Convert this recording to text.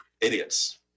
idiots